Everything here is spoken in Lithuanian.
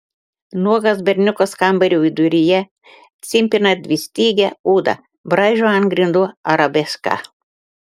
nuogas berniukas kambario viduryje cimpina dvistygę ūdą braižo ant grindų arabeską